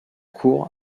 cour